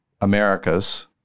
Americas